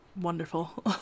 wonderful